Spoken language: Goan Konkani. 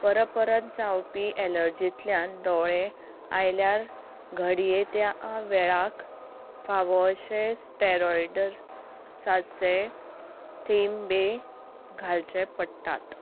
पर परत जावपी ॲलर्जीतल्यान दोळे आयल्यार घडये त्या वेळाक फावो अशे स्टॅरॉयडर्ज साचे थेंबे घालचे पडटात